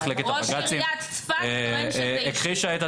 ראש עיריית צפת טוען שזה אישי.